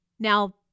Now